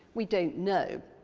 we don't know.